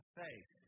faith